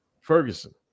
Ferguson